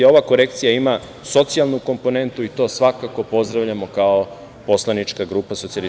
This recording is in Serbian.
Ova korekcija ima socijalnu komponentu i to svakako pozdravljamo kao poslanička grupa SPS.